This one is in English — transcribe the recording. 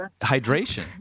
hydration